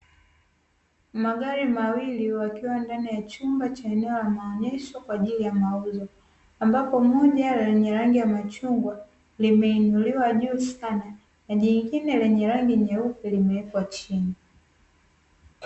Magari mawili yakiwa ndani ya chumba cha maonyesho kwa ajili ya mauzo, ambapo moja lenye rangi ya machungwa limeinuliwa juu sana, lingine lenye rangi nyeupe limewekwa chini.